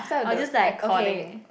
I'll just like okay